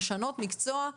לשנות מקצוע.